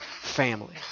family